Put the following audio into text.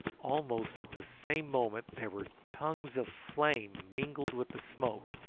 almost at the same moment there were tongues of flame mingled with the smoke,